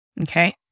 Okay